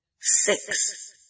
Six